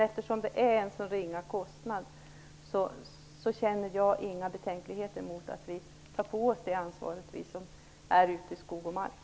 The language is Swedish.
Eftersom kostnaden är så ringa, har jag inga betänkligheter mot att vi som är ute i skog och mark tar på oss det ansvaret.